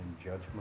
judgment